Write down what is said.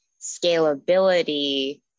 scalability